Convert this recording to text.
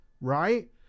right